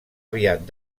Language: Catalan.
aviat